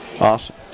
Awesome